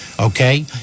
Okay